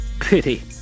Pity